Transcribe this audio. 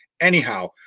anyhow